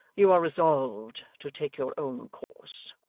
you are resolved to take your own course,